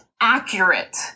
accurate